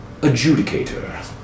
adjudicator